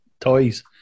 toys